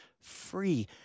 free